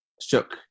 Shook